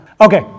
Okay